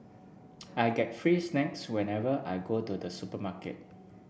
I get free snacks whenever I go to the supermarket